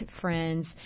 friends